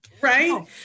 Right